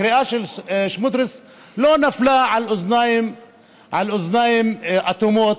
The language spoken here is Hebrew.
הקריאה של סמוטריץ לא נפלה על אוזניים אטומות,